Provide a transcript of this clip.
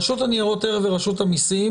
הרשות לניירות ערך ורשות המיסים,